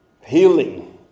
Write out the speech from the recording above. healing